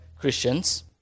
Christians